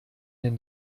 den